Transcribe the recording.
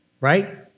right